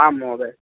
आम् महोदय